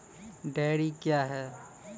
Dairy क्या हैं?